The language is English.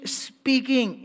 speaking